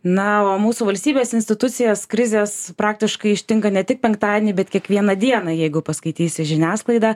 na o mūsų valstybės institucijas krizės praktiškai ištinka ne tik penktadienį bet kiekvieną dieną jeigu paskaitysi žiniasklaidą